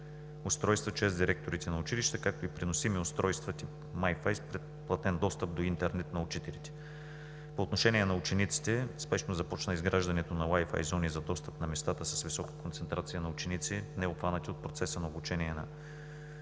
устройства чрез директорите на училища, както и преносими устройства тип Mi-Fi, с платен достъп до интернет, на учителите. По отношение на учениците спешно започна изграждането на Wi-Fi зони за достъп на местата с висока концентрация на ученици, необхванати от процеса на обучение поради